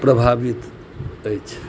प्रभावित अछि